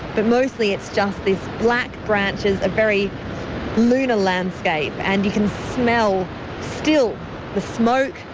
but mostly it's just these black branches, a very lunar landscape. and you can smell still the smoke,